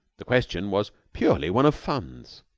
the question was purely one of funds.